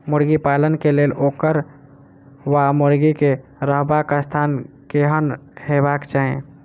मुर्गी पालन केँ लेल ओकर वा मुर्गी केँ रहबाक स्थान केहन हेबाक चाहि?